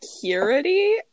security